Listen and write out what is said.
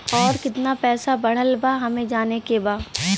और कितना पैसा बढ़ल बा हमे जाने के बा?